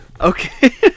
okay